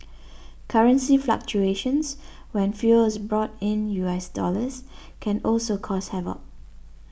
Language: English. currency fluctuations when fuel is brought in US dollars can also cause havoc